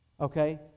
Okay